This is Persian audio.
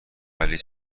ولی